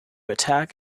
attack